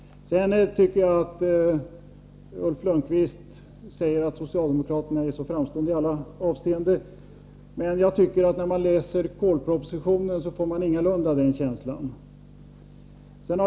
Ulf Lönnqvist säger att socialdemokraterna är så framstående i alla avseenden, men jag tycker att när man läser kolpropositionen får man ingalunda den känslan.